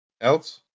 else